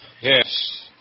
yes